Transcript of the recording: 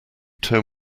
tow